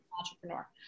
entrepreneur